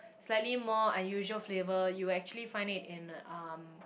slightly more unusual flavour you will actually find it in um